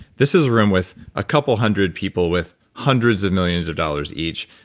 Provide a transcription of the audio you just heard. this is a room with a couple hundred people with hundreds of millions of dollars each.